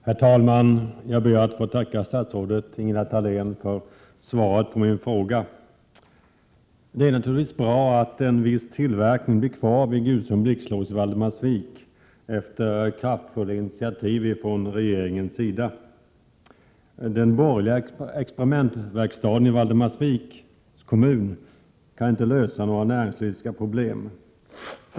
er Ag Herr talman! Jag ber att få tacka statsrådet Ingela Thalén för svaret på min 8 E frå och Dannemora råga. Det är naturligtvis bra att en viss tillverkning blir kvar — efter kraftfulla initiativ från regeringens sida — vid Gusum Blixtlås i Valdemarsvik. Den borgerliga experimentverkstaden i Valdemarsviks kommun kan inte lösa några näringspolitiska problem.